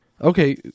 Okay